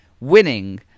Winning